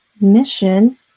mission